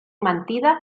mentida